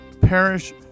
Parish